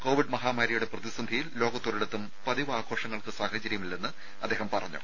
Covid മഹാമാരിയുടെ പ്രതിസന്ധിയിൽ ലോകത്തൊരിടത്തും പതിവ് ആഘോഷങ്ങൾക്ക് സാഹചര്യമില്ലെന്ന് അദ്ദേഹം പറഞ്ഞു